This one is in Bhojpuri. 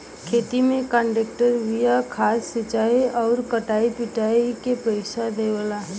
खेती में कांट्रेक्टर बिया खाद सिंचाई आउर कटाई पिटाई के पइसा देवला